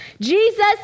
Jesus